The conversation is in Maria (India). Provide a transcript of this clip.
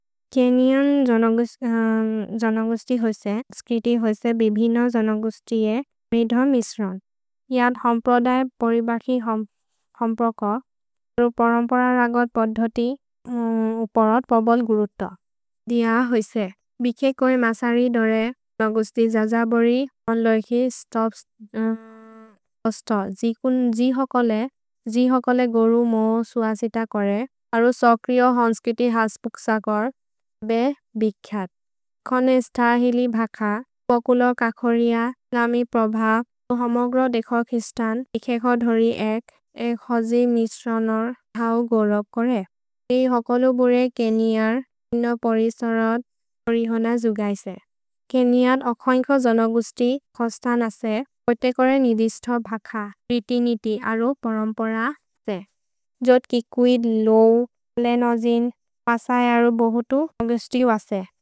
केन्योन् जनगुस्ति होइसे स्क्रिति होइसे बिभिन जनगुस्तिये मेध मिस्रन्। यद् हम्प्रोदए परिबकि हम्प्रोक। करु परम्पर रगद् पद्धति उपरद् पबल् गुरुत्त। दिय होइसे बिखे कोइ मसरि दोरे मगुस्ति जज बोरि अन्लोइकि स्तोफ्त जिकुन् जि होकोले जि होकोले गुरु मो सुअसित कोरे अरु सोक्रिओ हन्स्कुति हस्पुक्सगर् बे बिख्यत्। कोने स्तहिलि भख, पोकुलो कखोरिअ, लमि प्रभव्, सु होमोग्रो देखो किस्तन् इखेको धोरि एक् एक् होजि मिस्रनोर् धौ गोरोप् कोरे। दि होकोले बुरे केन्यर् इनो परिसोरत् ओरिहोन जुगैसे। केन्यर् ओखन्को जनगुस्ति कोस्तन् असे पोते कोरे निदिस्थ भख, क्रिति निति अरु परम्पर से। जोत्कि कुइद्, लौ, लेनोजिन्, पसय अरु बोहोतु अन्गुस्ति वसे।